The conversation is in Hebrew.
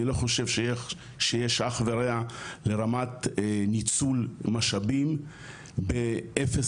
אני לא חושב שיש אח ורע לרמת ניצול משאבים באפס